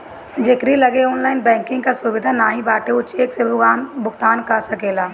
जेकरी लगे online banking कअ सुविधा नाइ बाटे उ चेक से भुगतान कअ सकेला